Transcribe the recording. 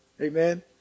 Amen